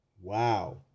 Wow